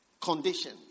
condition